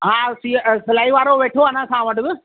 हा सि सिलाई वारो वेठो आहे असां वटि बि